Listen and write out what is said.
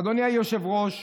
אדוני היושב-ראש,